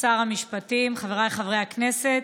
שר המשפטים, חבריי חברי הכנסת,